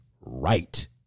right